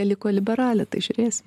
liko liberalė tai žiūrėsim